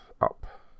up